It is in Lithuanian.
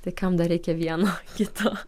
tai kam dar reikia vieno kito